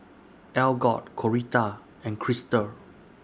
Algot Coretta and Kristal